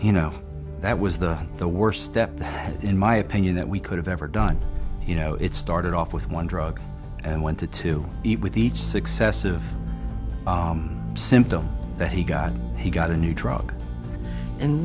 you know that was the the worst step to have in my opinion that we could have ever done you know it started off with one drug and went to to it with each successive symptom that he got he got a new drug and